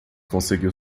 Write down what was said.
conseguiu